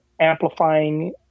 amplifying